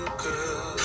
girl